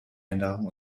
änderungen